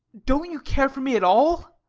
don't you care for me at all?